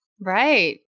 Right